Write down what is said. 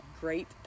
great